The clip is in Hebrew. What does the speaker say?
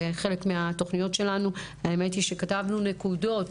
זה חלק מהתוכניות שלנו האמת היא שכתבנו נקודות